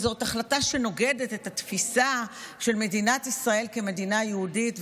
כי זאת החלטה שנוגדת את התפיסה של מדינת ישראל כמדינה יהודית,